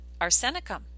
arsenicum